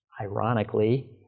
ironically